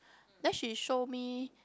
then she show me